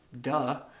Duh